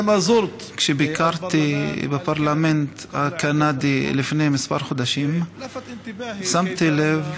כשביקרתי בפרלמנט של קנדה לפני כמה חודשים שמתי לב